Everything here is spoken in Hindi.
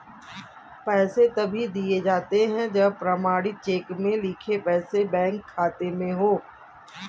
पैसे तभी दिए जाते है जब प्रमाणित चेक में लिखे पैसे बैंक खाते में हो